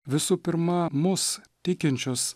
visų pirma mus tikinčius